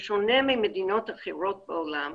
בשונה ממדינות אחרות בעולם